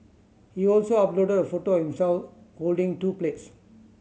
he also uploaded a photo himself holding two plates